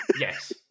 Yes